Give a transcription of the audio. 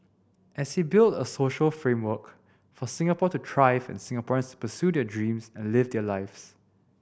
and he build a social framework for Singapore to thrive and Singaporeans pursue their dreams and live their lives